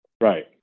Right